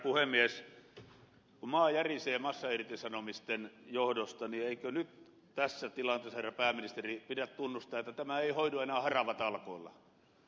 kun maa järisee massairtisanomisten johdosta niin eikö nyt tässä tilanteessa herra pääministeri pidä tunnustaa että tämä ei hoidu enää haravatalkoilla